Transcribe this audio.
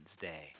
Day